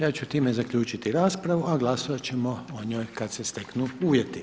Ja ću time zaključiti raspravu, a glasovat ćemo o njoj kad se steknu uvjeti.